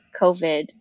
COVID